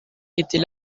était